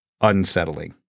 unsettling